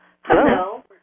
Hello